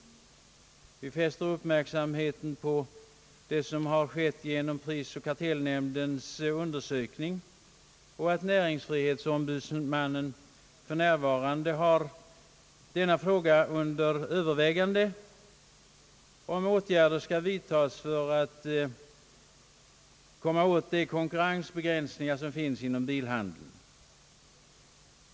Vi fäster uppmärksamheten på prisoch kartellnämndens undersökning, och vi erinrar om att näringsfrihetsombudsmannen för närvarande har under övervägande huruvida åtgärder skall vidtas mot de konkurrensbegränsningar som finns inom bilhandeln.